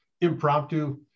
impromptu